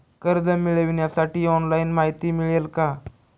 कर्ज मिळविण्यासाठी ऑनलाइन माहिती मिळेल का?